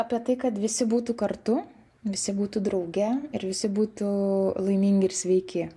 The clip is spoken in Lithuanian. apie tai kad visi būtų kartu visi būtų drauge ir visi būtų laimingi ir sveiki